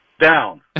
Down